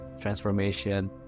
transformation